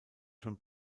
schon